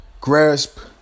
Grasp